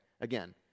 Again